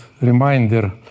reminder